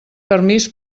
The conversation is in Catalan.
permís